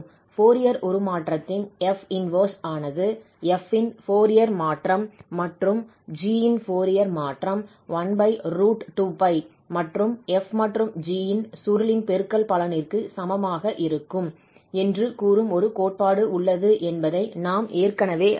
Fourier உருமாற்றத்தின் 𝐹 − 1 ஆனது f இன் ஃபோரியர் மாற்றம் மற்றும் g இன் ஃபோரியர் மாற்றம் 12π மற்றும் f மற்றும் g இன் சுருளின் பெருக்கற்பலனிற்கு சமமாக இருக்கும் என்று கூறும் ஒரு கோட்பாடு உள்ளது என்பதை நாம் ஏற்கனவே அறிவோம்